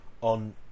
on